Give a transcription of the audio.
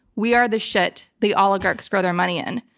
we are the shit the oligarchs grow their money in.